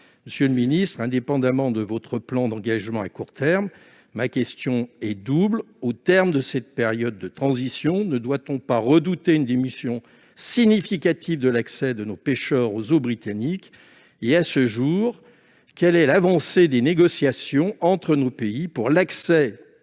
Monsieur le secrétaire d'État, indépendamment de votre plan d'engagements à court terme, ma question est double. Après cette période de transition, ne doit-on pas redouter une diminution significative de l'accès de nos pêcheurs aux eaux britanniques ? À ce jour, quelle est l'avancée des négociations entre nos pays pour l'accès